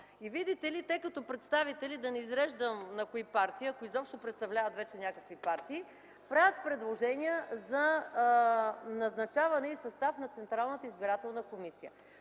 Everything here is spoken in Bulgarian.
И видите ли, те като представители, да не изреждам на кои партии, ако изобщо представляват вече някакви партии, правят предложения за назначаване и състав на Централната избирателна комисия.